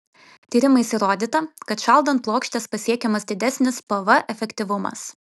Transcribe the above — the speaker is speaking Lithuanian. tyrimais įrodyta kad šaldant plokštes pasiekiamas didesnis pv efektyvumas